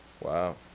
Wow